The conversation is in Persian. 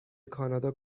کانادا